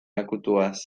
akutuaz